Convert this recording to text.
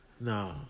No